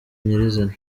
nyirizina